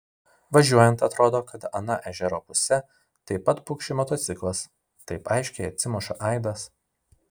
važiuojant atrodo kad ana ežero puse taip pat pukši motociklas taip aiškiai atsimuša aidas